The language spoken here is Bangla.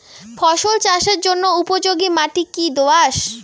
ফসল চাষের জন্য উপযোগি মাটি কী দোআঁশ?